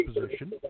position